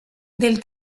del